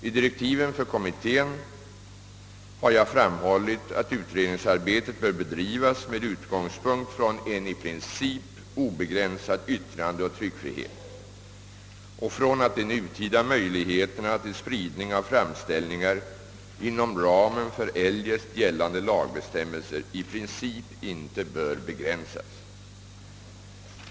I direktiven för kommittén har jag framhållit att utredningsarbetet bör bedrivas med utgångspunkt från en i princip obegränsad yttrandeoch tryckfrihet och från att de nutida möjligheterna till spridning av framställningar inom ramen för eljest gällande lagbestämmelser i princip inte bör begränsas.